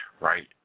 right